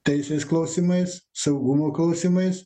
teisės klausimais saugumo klausimais